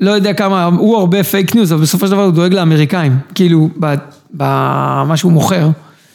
לא יודע כמה, הוא הרבה פייק ניוז, אבל בסופו של דבר הוא דואג לאמריקאים, כאילו, במה שהוא מוכר.